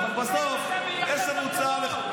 אבל בסוף יש לנו צה"ל אחד.